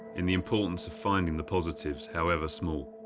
and the importance of finding the positives however small.